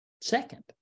second